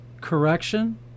correction